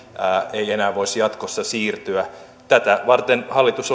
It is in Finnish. ei enää voisi jatkossa siirtyä tätä varten hallitus